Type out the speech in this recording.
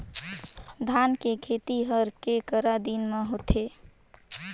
धान के खेती हर के करा दिन म होथे?